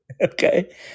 Okay